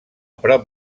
prop